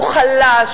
הוא חלש,